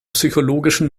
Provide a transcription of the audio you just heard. psychologischen